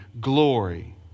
glory